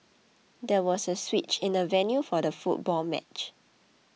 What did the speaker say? there was a switch in the venue for the football match